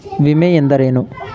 ವಿಮೆ ಎಂದರೇನು?